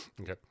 okay